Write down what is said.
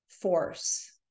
force